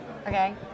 Okay